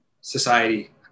society